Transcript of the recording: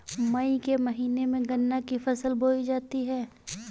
मई के महीने में गन्ना की फसल बोई जाती है